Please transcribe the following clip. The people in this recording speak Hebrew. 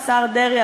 השר דרעי,